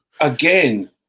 Again